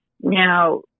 Now